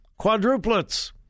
quadruplets